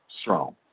strong